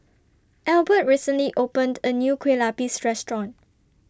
Albert recently opened A New Kueh Lapis Restaurant